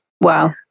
wow